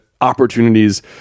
opportunities